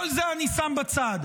את כל זה אני שם בצד.